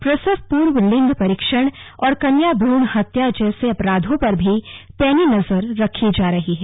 प्रसव पूर्व लिंग परीक्षण और कन्या भ्रूण हत्या जैसे अपराधों पर भी पैनी नजर रखी जा रही है